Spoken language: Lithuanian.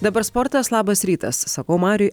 dabar sportas labas rytas sakau mariui